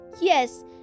Yes